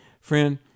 Friend